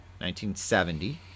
1970